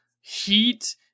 heat